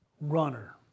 runner